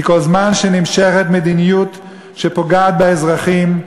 כי כל זמן שנמשכת מדיניות שפוגעת באזרחים,